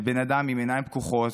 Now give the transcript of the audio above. זה בן אדם עם עיניים פקוחות,